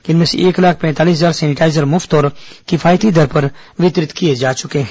इनमें से एक लाख पैंतालीस हजार सैनिटाईजर मुफ्त और किफायती दर पर वितरित किए जा चुके हैं